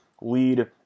lead